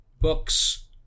books